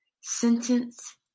Sentence